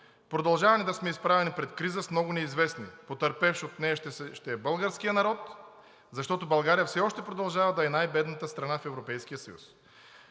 Продължаваме да сме изправени пред криза с много неизвестни. Потърпевш от нея ще е българският народ, защото България все още продължава да е най-бедната страна в Европейския съюз.